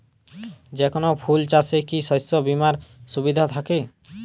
যেকোন ফুল চাষে কি শস্য বিমার সুবিধা থাকে?